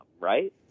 right